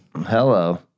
Hello